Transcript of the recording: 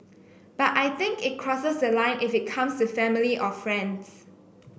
but I think it crosses the line if it comes to family or friends